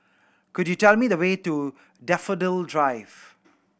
could you tell me the way to Daffodil Drive